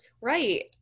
Right